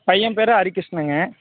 பையன் பேர் ஹரிகிருஷ்ணங்க